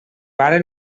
pare